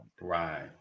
Right